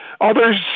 Others